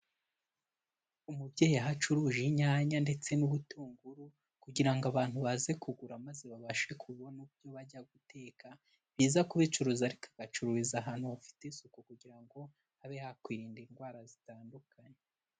Umubyeyi aho acuruje inyanya ndetse n'ubutunguru kugira ngo abantu baze kugura maze babashe kubona uburyo bajya guteka. Ni byiza kubicuruza ariko agacururiza ahantu hafite isuku kugira ngo habe hakwirinda indwara zitandukanye.